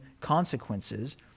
consequences